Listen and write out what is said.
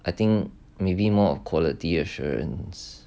I think maybe more of quality assurance